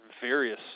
various